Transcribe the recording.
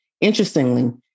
Interestingly